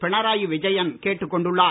பினரயி விஜயன் கேட்டுக் கொண்டுள்ளார்